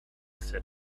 said